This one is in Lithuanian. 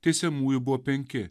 tiesiamųjų buvo penki